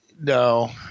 no